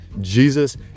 Jesus